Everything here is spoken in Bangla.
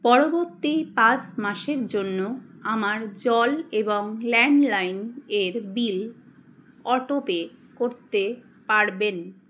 পরবর্তী পাঁচ মাসের জন্য আমার জল এবং ল্যান্ডলাইন এর বিল অটোপে করতে পারবেন